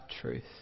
truth